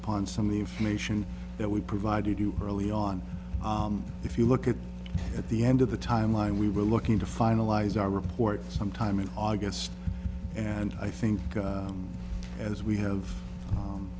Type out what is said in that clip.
upon some of the information that we provided you early on if you look at at the end of the timeline we were looking to finalize our report sometime in august and i think as we have